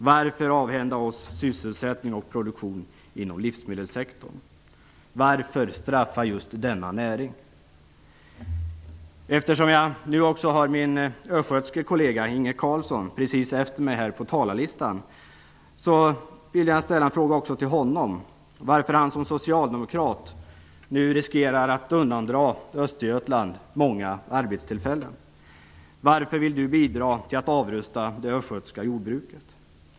Varför skall vi avhända oss sysselsättning och produktion inom livsmedelssektorn? Varför skall just denna näring straffas? Eftersom min östgötske kollega, Inge Carlsson, står efter mig på talarlistan vill jag ställa en fråga också till honom. Varför riskerar han som socialdemokrat att undandra Östergötland många arbetstillfällen? Varför vill Inge Carlsson bidra till att avrusta det östgötska jordbruket?